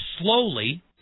slowly